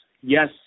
yes